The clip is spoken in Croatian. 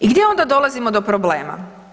I gdje onda dolazimo do problema?